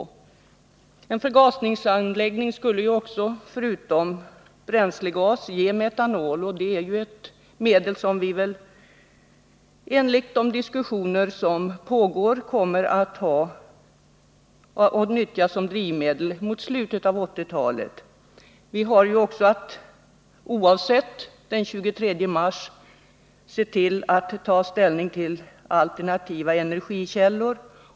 Men förgasningsanläggningen skulle också, förutom bränslegas, kunna ge metanol, vilket enligt gällande planer kommer att till viss del nyttjas som drivmedel mot slutet av 1980-talet. Oavsett resultatet av folkomröstningen den 23 mars har vi ju att se till att ställning tas till alternativa energikällor.